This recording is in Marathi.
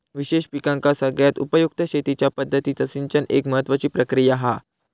विशेष पिकांका सगळ्यात उपयुक्त शेतीच्या पद्धतीत सिंचन एक महत्त्वाची प्रक्रिया हा